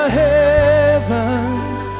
heavens